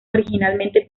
originalmente